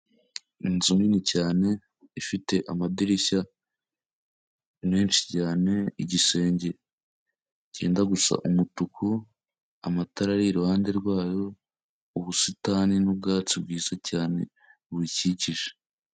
Inzu nini cyane ifite amadirishya menshi cyane, igisenge cyenda gusa umutuku, amatara iruhande rwayo, ubusitani n'ubwatsi bwiza cyane bubikikije.